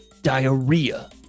diarrhea